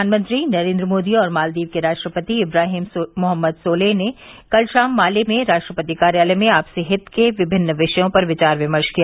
प्रधानमंत्री नरेन्द्र मोदी और मालदीव के राष्ट्रपति इब्राहिम मोहम्मद सोलेह ने कल शाम माले में राष्ट्रपति कार्यालय में आपसी हित के विभिन्न विषयों पर विचार विमर्श किया